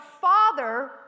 father